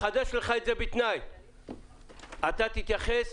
אנא התייחס